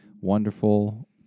wonderful